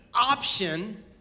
Option